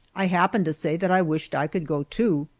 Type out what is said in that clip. i happened to say that i wished i could go, too.